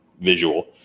visual